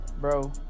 bro